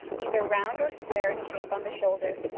either round or square in shape on the shoulder,